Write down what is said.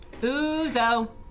Uzo